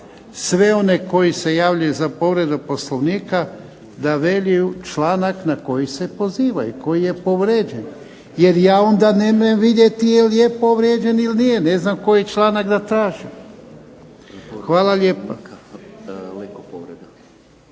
sve one koji se javljaju za povredu Poslovnika da veliju članak na koji se pozivaju, koji je povrijeđen. Jer ja onda ne mogu vidjeti jel je povrijeđen ili nije, ne znam koji članak da tražim. Hvala lijepa. Josip Leko povreda